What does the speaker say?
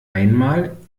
einmal